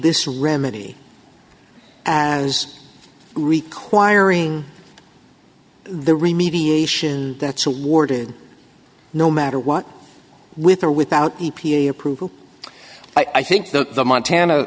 this remedy as requiring the remediation that's awarded no matter what with or without e p a approval i think that the montana